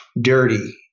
dirty